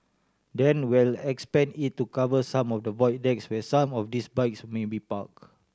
then we'll expand it to cover some of the void decks where some of these bikes may be park